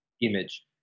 image